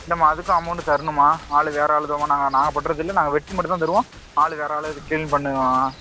இல்லைம்மா அதுக்கும் அமௌண்டு தர்ணும்மா ஆள் வேறு ஆள்தாம்மா நாங்கள் நாங்கள் பண்ணுறதுல்ல நாங்கள் வெட்டி மட்டும்தான் தருவோம் ஆள் வேறு ஆள் அது க்ளீன் பண்ணு